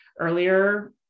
earlier